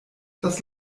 das